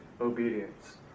obedience